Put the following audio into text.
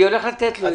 אני הולך לתת לו.